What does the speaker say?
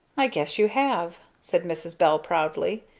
i guess you have, said mrs. bell proudly.